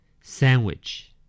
Sandwich